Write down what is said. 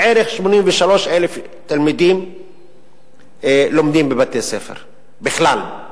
בערך 83,000 תלמידים לומדים בבתי-ספר בכלל,